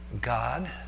God